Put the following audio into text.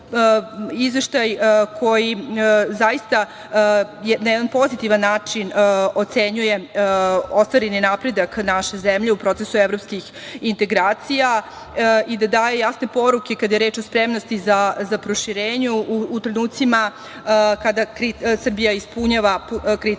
koji zaista na jedan pozitivan način ocenjuje ostvareni napredak naše zemlje u procesu evropskih integracija i da daje jasne poruke kada je reč o spremnosti za proširenje, u trenucima kada Srbija ispunjava kriterijume